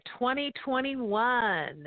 2021